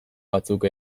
batzuk